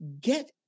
get